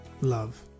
love